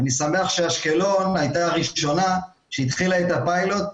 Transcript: אני שמח שאשקלון הייתה הראשונה שהתחילה את הפיילוט,